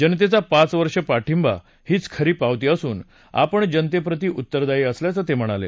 जनतेचा पाच वर्ष पाठींबा हीच खरी पावती असून आपण जनतेप्रती उत्तरदायी असल्याचं ते म्हणाले